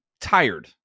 tired